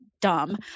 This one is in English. dumb